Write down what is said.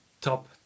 top